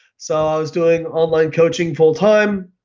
so i was doing online coaching full time.